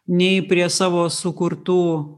nei prie savo sukurtų